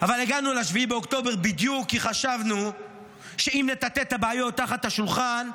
אבל הגענו ל-7 באוקטובר בדיוק כי חשבנו שאם נטאטא את הבעיות תחת השולחן,